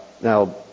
Now